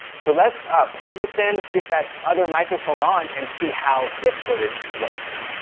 so let's plug this in, get that other microphone on, and see how this footage looks.